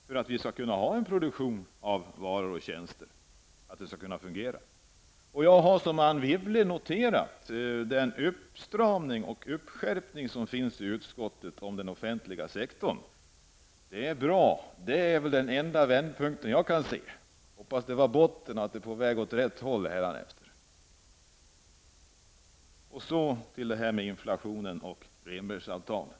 Dessa behövs för att produktionen av varor och tjänster skall kunna fungera. I likhet med Anne Wibble har också jag noterat den uppstramning och uppskärpning som har varit i utskottet när det gäller den offentliga sektorn. Det är bra, och det är väl den enda vändpunkten såvitt jag förstår. Jag hoppas att botten är nådd och att det hädanefter går åt rätt håll. Och så har vi detta med inflationen och Rehnbergavtalen.